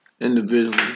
individually